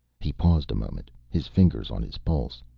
he paused a moment, his fingers on his pulse.